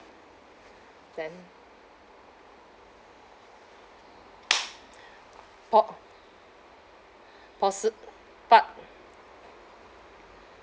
then po~ posi~ part